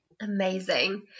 Amazing